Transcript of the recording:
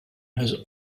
has